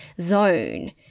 zone